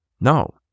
No